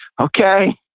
Okay